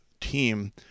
team